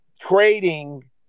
trading